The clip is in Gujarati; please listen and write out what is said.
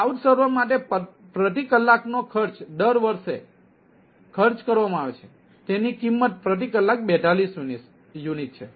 ક્લાઉડ સર્વર માટે પ્રતિ કલાક નો ખર્ચ દર વર્ષે ખર્ચ કરવામાં આવે છે તેની કિંમત પ્રતિ કલાક 42 યુનિટ છે